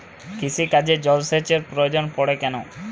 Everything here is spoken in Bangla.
কৃষিকাজে জলসেচের প্রয়োজন পড়ে কেন?